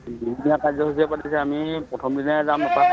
দুদিনীয়া কাৰ্যসূচীৰে পাতিছে আমি প্ৰথম দিনাই যাম এপাক